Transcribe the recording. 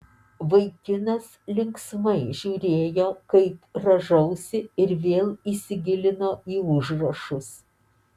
vaikinas linksmai žiūrėjo kaip rąžausi ir vėl įsigilino į užrašus